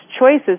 choices